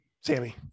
sammy